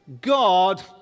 God